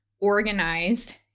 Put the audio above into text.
organized